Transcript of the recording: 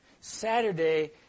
Saturday